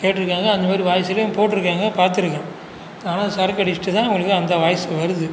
கேட்டுருக்காங்கள் அந்தமாதிரி வாய்ஸ்லேயும் போட்டுருக்காங்க பார்த்துருக்கேன் ஆனால் சரக்கடிச்சிட்டு தான் அவங்களுக்கு அந்த வாய்ஸ் வருது